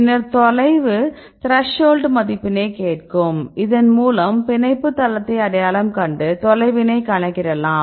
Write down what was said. பின்னர் தொலைவு த்ரெஷோல்டு மதிப்பினை கேட்கும் இதன் மூலம் பிணைப்பு தளத்தை அடையாளம் கண்டு தொலைவினை கணக்கிடலாம்